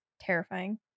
terrifying